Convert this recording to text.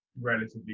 relatively